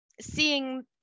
seeing